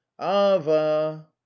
Ava